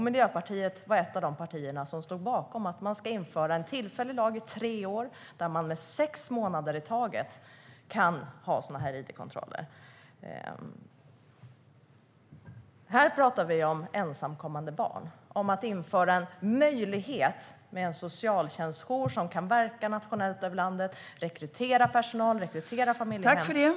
Miljöpartiet var ett av de partier som stod bakom att införa en tillfällig lag i tre år som tillåter id-kontroller i sex månader i taget. Nu talar vi om ensamkommande barn och om att införa en socialtjänstjour som kan verka över hela landet och rekrytera personal och familjehem.